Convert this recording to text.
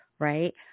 Right